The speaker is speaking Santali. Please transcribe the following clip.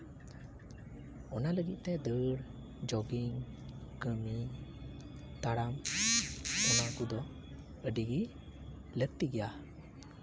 ᱚᱱᱟ ᱞᱟᱹᱜᱤᱫ ᱛᱮ ᱫᱟᱹᱲ ᱡᱳᱜᱤᱝ ᱠᱟᱹᱢᱤ ᱛᱟᱲᱟᱢ ᱚᱱᱟ ᱠᱚᱫᱚ ᱟᱹᱰᱤ ᱜᱮ ᱞᱟᱹᱠᱛᱤ ᱜᱮᱭᱟ